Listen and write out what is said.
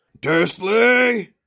Dursley